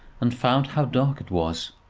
and found how dark it was.